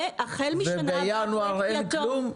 והחל משנה הבאה --- ובינואר אין כלום?